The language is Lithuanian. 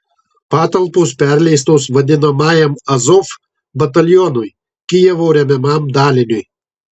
patalpos perleistos vadinamajam azov batalionui kijevo remiamam daliniui